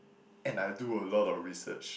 and I do a lot of research